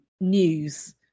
news